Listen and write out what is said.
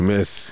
Miss